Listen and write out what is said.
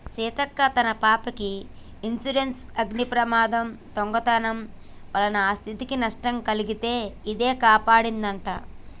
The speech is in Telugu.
సీతక్క మన పాపకి ఇన్సురెన్సు అగ్ని ప్రమాదం, దొంగతనం వలన ఆస్ధికి నట్టం తొలగితే ఇదే కాపాడదంట